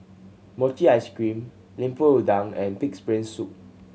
mochi ice cream Lemper Udang and Pig's Brain Soup